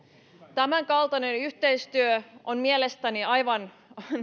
tämänkaltainen yhteistyö on mielestäni aivan